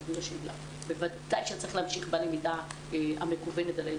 בוודאי שצריך להמשיך בלמידה מרחוק.